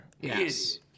Yes